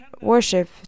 worship